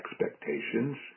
expectations